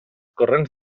corrents